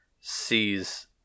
sees